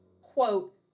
quote